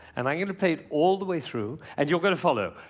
and i'm going to play it all the way through and you're going to follow.